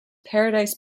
paradise